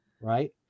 right